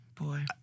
Boy